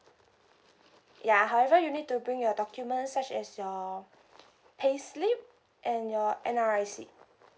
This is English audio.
ya however you need to bring your documents such as your pay slip and your N_R_I_C